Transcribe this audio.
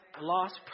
lost